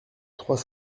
trois